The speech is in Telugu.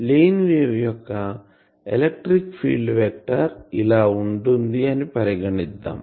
ప్లేన్ వేవ్ యొక్క ఎలక్ట్రిక్ ఫీల్డ్ వెక్టార్ ఇలా ఉంటుంది అని పరిగణిద్దాం